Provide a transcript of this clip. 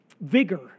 vigor